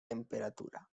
temperatura